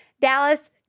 Dallas